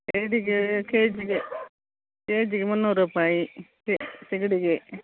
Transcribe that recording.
ಏಡಿಗೆ ಕೆ ಜಿಗೆ ಕೆ ಜಿಗೆ ಮೂನ್ನೂರು ರೂಪಾಯಿ ಸಿಗಡಿಗೆ